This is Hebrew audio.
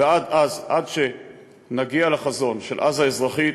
ועד אז, עד שנגיע לחזון של עזה אזרחית,